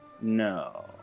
No